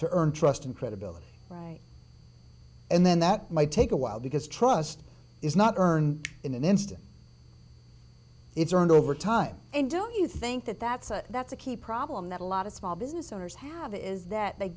to earn trust and credibility and then that might take awhile because trust is not earned in an instant it's earned over time and don't you think that that's a that's a key problem that a lot of small business owners have is that they